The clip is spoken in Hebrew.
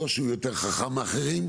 לא שהוא יותר חכם מהאחרים,